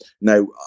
now